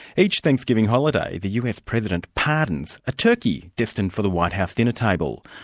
each thanksgiving holiday, the us president pardons a turkey destined for the white house dinner table.